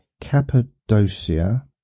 Cappadocia